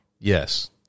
Yes